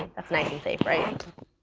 that's nice and safe, right? and